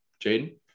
Jaden